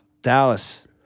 Dallas